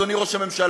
אדוני ראש הממשלה,